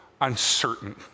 uncertain